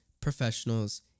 professionals